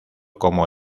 como